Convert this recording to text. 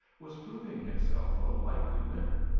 was proving himself a likely winner,